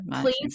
please